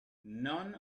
none